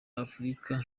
afrika